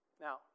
Now